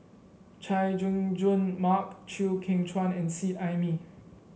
Chay Jung Jun Mark Chew Kheng Chuan and Seet Ai Mee